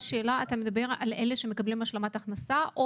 אתה מדבר על אלה שמקבלים השלמת הכנסה?